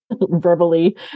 verbally